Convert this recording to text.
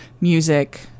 music